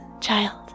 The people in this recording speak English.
child